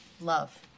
Love